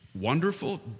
wonderful